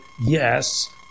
yes